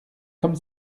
comme